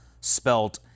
spelt